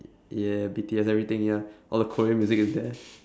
yeah B_T_S everything ya all the korean music is there